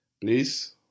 Please